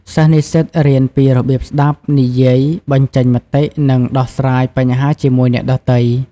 សិស្សនិស្សិតរៀនពីរបៀបស្តាប់ និយាយ បញ្ចេញមតិ និងដោះស្រាយបញ្ហាជាមួយអ្នកដទៃ។